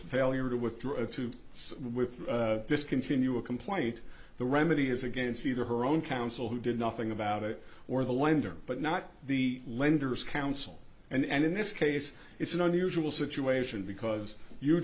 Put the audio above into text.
failure to withdraw with discontinue a complaint the remedy is against either her own counsel who did nothing about it or the lender but not the lenders counsel and in this case it's an unusual situation because